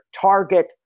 target